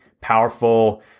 powerful